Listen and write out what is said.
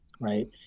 right